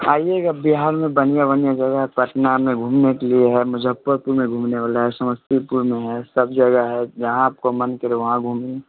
आइएगा बिहार में बढ़िया बढ़िया जगह है पटना में घूमने के लिए है मुज़फ़्फ़रपुर में घूमने वाला है समस्तीपुर में है सब जगह है जहाँ आपको मन करे वहाँ घूमिए